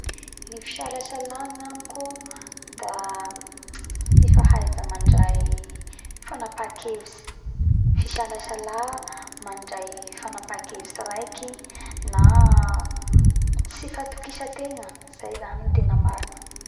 Ny fisalasala agnamiko da tsy fahaiza mandray fanapakevitsy fisalasala mandray fanapakevitsy raiky na tsy fahatokisategna zay zany tena marina